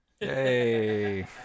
Yay